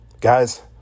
guys